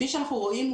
כפי שאנחנו רואים,